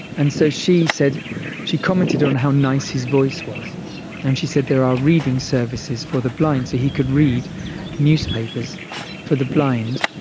and so she she commented on how nice his voice was and she said there are reading services for the blind, so he could read newspapers for the blind.